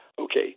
okay